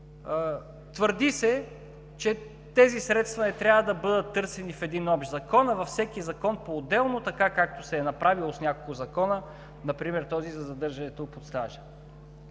Твърди се, че тези средства не трябва да бъдат търсени в един общ закон, а във всеки закон поотделно, така както се е направило с няколко закона, например този за задържането под стража.